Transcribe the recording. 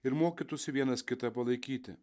ir mokytųsi vienas kitą palaikyti